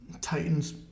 Titans